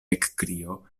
ekkrio